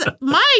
Mike